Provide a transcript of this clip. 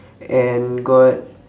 and got